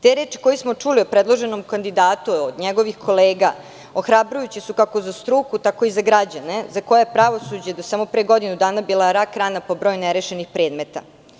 Te reči koje smo čuli o predloženom kandidatu od njegovih kolega ohrabrujuće su kako za struku, tako i za građane, za koje je pravosuđe do samo pre godinu dana bila rak rana po broju nerešenih predmeta.